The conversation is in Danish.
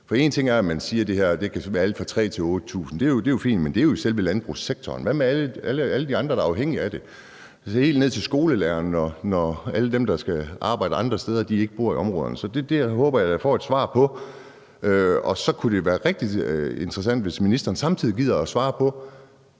For en ting er, at man siger, at det kan være alt fra 3.000 til 8.000, og det er fint nok, men det er jo i selve landbrugssektoren, så hvad med alle de andre, der er afhængige af det, altså helt ned til skolelærerne, når alle dem, der skal arbejde andre steder, ikke bor i områderne? Så det håber jeg at jeg får et svar på. Så kunne det være rigtig interessant, hvis ministeren samtidig gider at svare på,